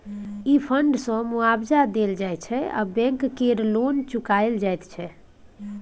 ई fund सँ मुआबजा देल जाइ छै आ बैंक केर लोन चुकाएल जाइत छै